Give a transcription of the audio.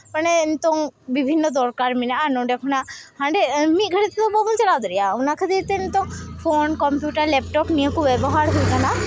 ᱢᱟᱱᱮ ᱱᱤᱛᱚᱝ ᱵᱤᱵᱷᱤᱱᱱᱚ ᱫᱚᱨᱠᱟᱨ ᱢᱮᱱᱟᱜᱼᱟ ᱱᱚᱰᱮ ᱠᱷᱚᱱᱟᱜ ᱦᱟᱸᱰᱮ ᱢᱤᱫ ᱜᱷᱟᱹᱲᱤ ᱛᱮᱫᱚ ᱵᱟᱵᱚᱱ ᱪᱟᱞᱟᱣ ᱫᱟᱲᱮᱭᱟᱜᱼᱟ ᱚᱱᱟ ᱠᱷᱟᱹᱛᱤᱨ ᱛᱮ ᱱᱤᱛᱚᱜ ᱯᱷᱳᱱ ᱠᱚᱢᱯᱤᱭᱩᱴᱟᱨ ᱞᱮᱯᱴᱚᱯ ᱱᱤᱭᱟᱹᱠᱚ ᱵᱮᱵᱚᱦᱟᱨ ᱦᱩᱭᱩᱜ ᱠᱟᱱᱟ